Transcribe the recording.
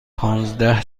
پانزده